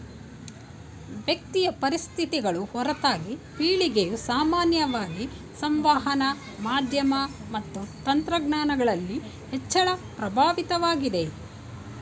ವ್ಯಕ್ತಿಯ ಪರಿಸ್ಥಿತಿಗಳು ಹೊರತಾಗಿ ಪೀಳಿಗೆಯು ಸಾಮಾನ್ಯವಾಗಿ ಸಂವಹನ ಮಾಧ್ಯಮ ಮತ್ತು ತಂತ್ರಜ್ಞಾನಗಳಲ್ಲಿ ಹೆಚ್ಚಳ ಪ್ರಭಾವಿತವಾಗಿದೆ